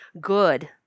good